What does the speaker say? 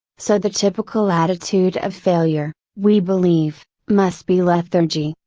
so the typical attitude of failure, we believe, must be lethargy,